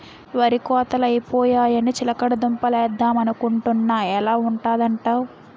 వరి కోతలై పోయాయని చిలకడ దుంప లేద్దమనుకొంటున్నా ఎలా ఉంటదంటావ్?